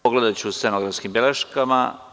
Pogledaću u stenografskim beleškama.